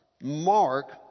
Mark